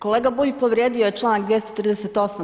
Kolega Bulj povrijedio je Članak 238.